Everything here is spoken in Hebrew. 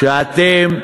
כשאתם,